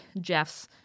Jeff's